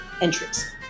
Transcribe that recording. entries